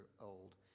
old